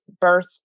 birth